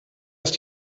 ist